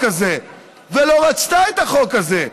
לא רצתה את החוק הזה.